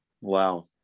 wow